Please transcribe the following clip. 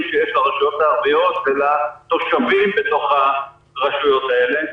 שיש לרשויות הערביות ולתושבים בתוך הרשויות האלה.